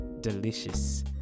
delicious